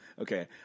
Okay